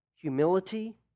humility